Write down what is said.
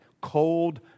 cold